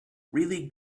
really